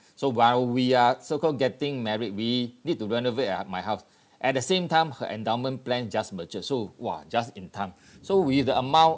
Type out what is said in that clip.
so while we are so called getting married we need to renovate uh my house at the same time her endowment plan just matured so !wah! just in time so with the amount